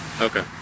Okay